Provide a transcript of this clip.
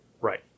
Right